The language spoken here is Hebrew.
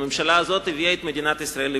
הממשלה הזאת הביאה את מדינת ישראל לבידוד.